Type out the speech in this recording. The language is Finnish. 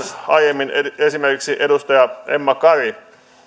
aiemmin esimerkiksi edustaja emma kari